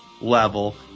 level